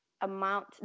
amount